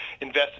invested